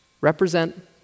Represent